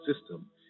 system